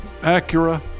Acura